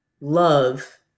love